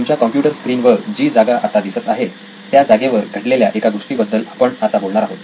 तुमच्या computer screen वर जी जागा आता दिसत आहे त्या जागेवर घडलेल्या एका गोष्टीबद्दल आपण आता बोलणार आहोत